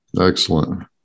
excellent